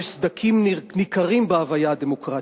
יש סדקים ניכרים בהוויה הדמוקרטית,